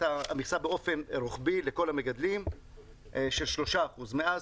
המכסה באופן רוחבי לכל המגדלים של 3%. מאז,